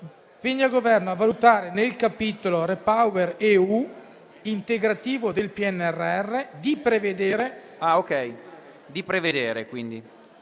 il Governo a valutare nel capitolo RepowerEU, integrativo del PNRR, di prevedere